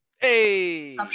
Hey